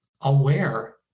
aware